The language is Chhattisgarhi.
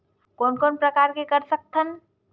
कोन कोन प्रकार के कर सकथ हन?